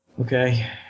Okay